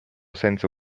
senza